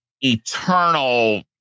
Eternal